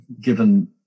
given